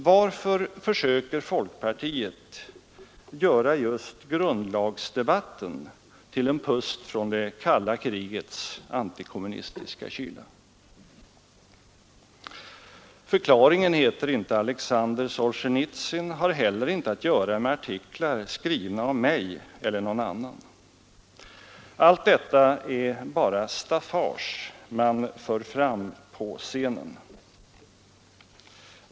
Varför försöker folkpartiet göra just grundlagsdebatten till en pust från det kalla krigets antikommunistiska kyla? Förklaringen heter inte Alexander Solzjenitsyn och har heller inte att göra med artiklar skrivna av mig eller någon annan. Allt detta är bara staffage som man för fram på scenen.